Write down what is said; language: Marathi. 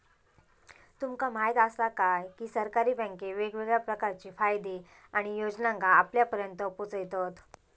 तुमका म्हायत आसा काय, की सरकारी बँके वेगवेगळ्या प्रकारचे फायदे आणि योजनांका आपल्यापर्यात पोचयतत